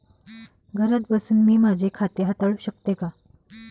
घरात बसून मी माझे खाते हाताळू शकते का?